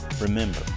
remember